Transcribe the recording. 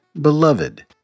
beloved